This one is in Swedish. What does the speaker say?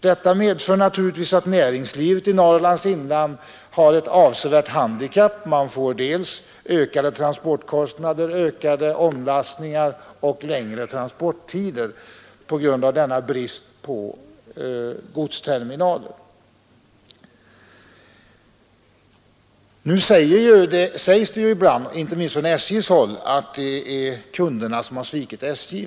Detta medför naturligtvis att näringslivet i Norrlands inland har ett avsevärt handikapp — man får ökade transportkostnader, ökat antal omlastningar och längre transporttider på grund av denna brist på godsterminaler. Nu sägs det ibland — inte minst från SJ:s håll — att det är kunderna som har svikit SJ.